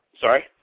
sorry